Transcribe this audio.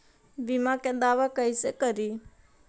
बीमा के दावा कैसे करी?